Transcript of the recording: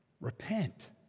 repent